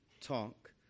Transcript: talk